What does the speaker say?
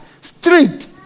street